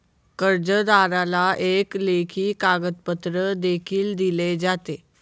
कर्जदाराला एक लेखी कागदपत्र देखील दिले जाते